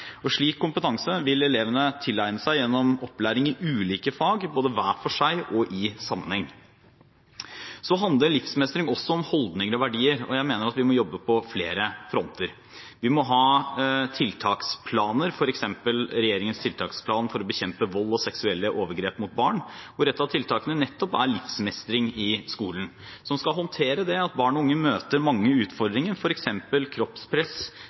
Slik kompetanse vil elevene tilegne seg gjennom opplæring i ulike fag, både hver for seg og i sammenheng. Livsmestring handler også om holdninger og verdier, og jeg mener at vi må jobbe på flere fronter. Vi må ha tiltaksplaner, f.eks. regjeringens tiltaksplan for å bekjempe vold og seksuelle overgrep mot barn og ungdom, hvor et av tiltakene nettopp er Livsmestring i skolen, som skal håndtere at barn og unge møter mange utfordringer, som f.eks. kroppspress,